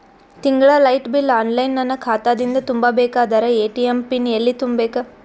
ತಿಂಗಳ light bill online ನನ್ನ ಖಾತಾ ದಿಂದ ತುಂಬಾ ಬೇಕಾದರ ಎ.ಟಿ.ಎಂ ಪಿನ್ ಎಲ್ಲಿ ತುಂಬೇಕ?